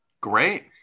Great